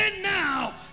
now